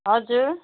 हजुर